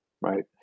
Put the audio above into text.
Right